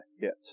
hit